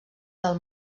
del